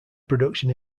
production